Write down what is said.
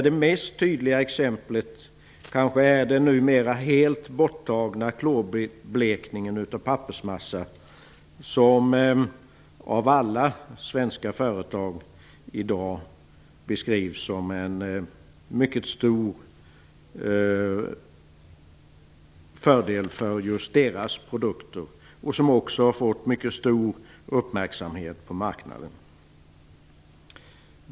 Det mest tydliga exemplet är kanske den numera helt borttagna klorblekningen av pappersmassa, som i dag av alla svenska företag på området beskrivs som en mycket stor fördel för just deras produkter och som också fått mycket stor uppmärksamhet på marknaden.